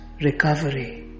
recovery